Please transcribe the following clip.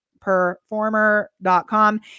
Performer.com